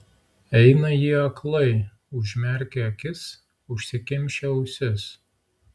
eina jie aklai užmerkę akis užsikimšę ausis